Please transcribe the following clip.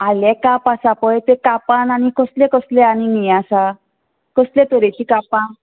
आलेंकाप आसा पळय तें कापान आनी कसल्यो कसल्यो आनी हें आसा कसले तरेचीं कापां